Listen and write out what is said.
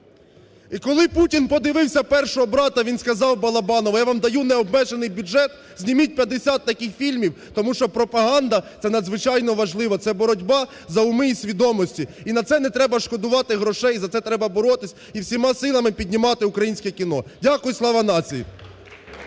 І, коли Путін подивився першого "Брата", він сказав Балабанову: "Я вам даю необмежений бюджет, зніміть 50 таких фільмів, тому що пропаганда - це надзвичайно важливо, це боротьба за уми і свідомості". І на це нетреба шкодувати грошей і за це треба боротися, і всіма силами піднімати українське кіно. Дякую. Слава нації!